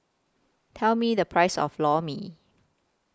Tell Me The Price of Lor Mee